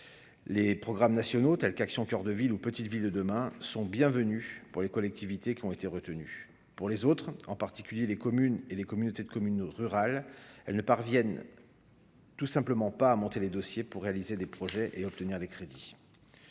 les programmes nationaux tels qu'Action coeur de ville ou Petites Villes de demain sont bienvenues pour les collectivités qui ont été retenus pour les autres, en particulier les communes et les communautés de communes rurales, elles ne parviennent tout simplement pas à monter les dossiers pour réaliser des projets et obtenir des crédits